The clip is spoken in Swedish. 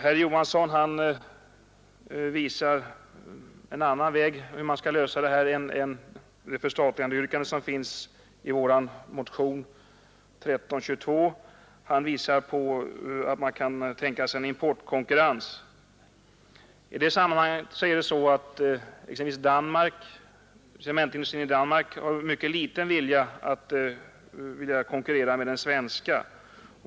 Herr Knut Johansson anvisar en annan väg till lösning än yrkandet om förstatligande i vår motion 1322. Han talar om en ”importkonkurrens”. Men t.ex. den danska cementindustrin vill mycket ogärna konkurrera med den svenska.